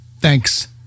Thanks